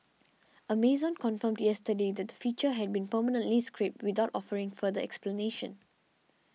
Amazon confirmed yesterday that the feature had been permanently scrapped without offering further explanation